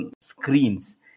screens